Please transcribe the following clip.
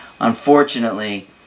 Unfortunately